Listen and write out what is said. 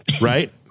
Right